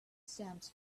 stamps